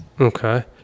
Okay